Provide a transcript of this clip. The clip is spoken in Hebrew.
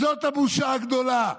זאת הבושה הגדולה.